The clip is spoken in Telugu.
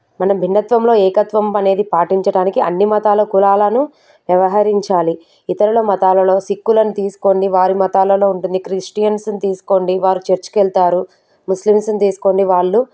మనం భిన్నత్వంలో ఏకత్వం అనేది పాటించటానికి అన్ని మతాల కులాలను వ్యవహరించాలి ఇతరుల మతాలలో సిక్కులను తీసుకోండి వారి మతాలలో ఉంటుంది క్రిస్టియన్స్ని తీసుకోండి వారు చర్చ్కి వెళ్తారు ముస్లిమ్స్ని తీసుకోండి వాళ్ళు